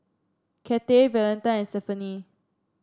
Cathey Valentine and Stephenie